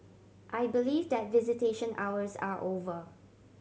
I believe that visitation hours are over